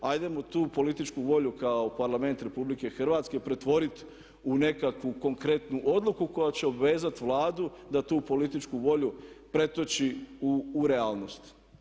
Hajdemo tu političku volju kao Parlament RH pretvoriti u nekakvu konkretnu odluku koja će obvezati Vladu da tu političku volju pretoči u realnost.